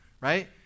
right